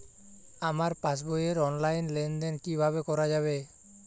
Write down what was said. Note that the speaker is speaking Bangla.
আমার পাসবই র অনলাইন লেনদেন কিভাবে করা যাবে?